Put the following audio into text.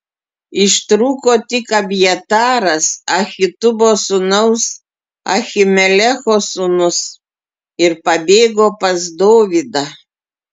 ištrūko tik abjataras ahitubo sūnaus ahimelecho sūnus ir pabėgo pas dovydą